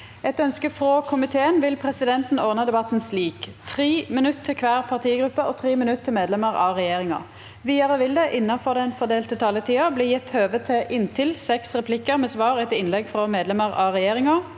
og forskingskomiteen vil presidenten ordna debatten slik: 3 minutt til kvar partigruppe og 3 minutt til medlemer av regjeringa. Vidare vil det – innanfor den fordelte taletida – bli gjeve høve til inntil seks replikkar med svar etter innlegg frå medlemer av regjeringa,